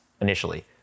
initially